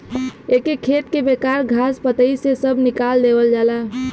एके खेत के बेकार घास पतई से सभ निकाल देवल जाला